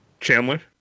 Chandler